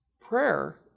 Prayer